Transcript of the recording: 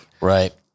Right